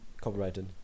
copyrighted